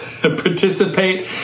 participate